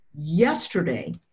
yesterday